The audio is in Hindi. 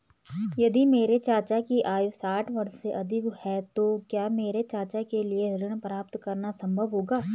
यदि मेरे चाचा की आयु साठ वर्ष से अधिक है तो क्या मेरे चाचा के लिए ऋण प्राप्त करना संभव होगा?